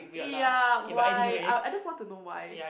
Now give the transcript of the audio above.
eh ya why I I just want to know why